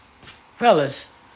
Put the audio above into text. Fellas